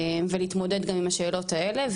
ולהתמודד גם עם השאלות האלה.